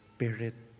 Spirit